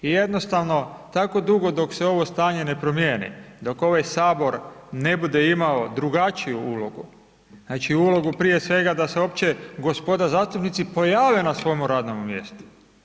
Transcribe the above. I jednostavno, tako dugo dok se ovo stanje ne promijeniti, dok ovaj Sabor ne bude imao drugačiju ulogu, znači ulogu prije svega da se opće gospoda zastupnici pojave na svome radnomu mjestu.